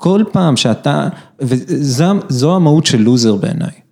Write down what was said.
כל פעם שאתה, וזה ה-זו המהות של לוזר בעיניי.